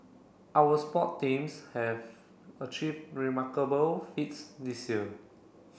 our sport teams have achieved remarkable feats this year